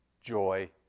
joy